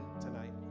tonight